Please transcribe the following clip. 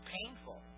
painful